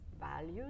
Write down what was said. values